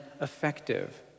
effective